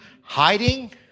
hiding